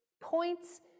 points